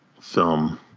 film